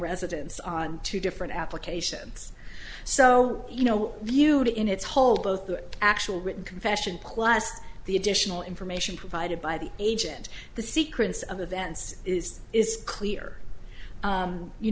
residence on two different applications so you know viewed in its whole both the actual written confession class the additional information provided by the agent the secrets of events is clear